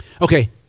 Okay